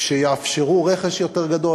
יאפשרו רכש יותר גדול.